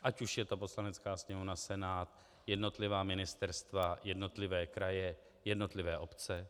Ať už je to Poslanecká sněmovna, Senát, jednotlivá ministerstva, jednotlivé kraje, jednotlivé obce.